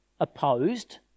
opposed